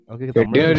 Okay